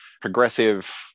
progressive